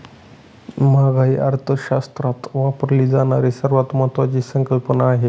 महागाई अर्थशास्त्रात वापरली जाणारी सर्वात महत्वाची संकल्पना आहे